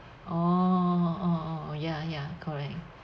oh oh oh ya ya correct